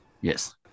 Yes